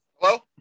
Hello